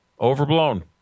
Overblown